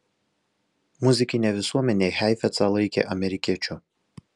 muzikinė visuomenė heifetzą laikė amerikiečiu